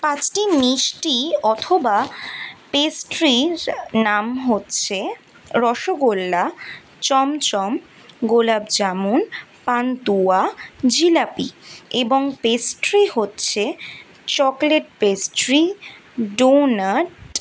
পাঁচটি মিষ্টি অথবা পেস্ট্রির নাম হচ্ছে রসগোল্লা চমচম গোলাপ জামুন পান্তুয়া জিলাপি এবং পেস্ট্রি হচ্ছে চকলেট পেস্ট্রি ডোনাট